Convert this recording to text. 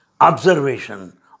Observation